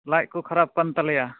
ᱞᱟᱡ ᱠᱚ ᱠᱷᱟᱨᱟᱯ ᱟᱠᱟᱱ ᱛᱟᱞᱮᱭᱟ